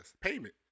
Payment